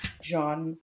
John